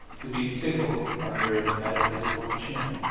to be tickled under the metaphysical chin.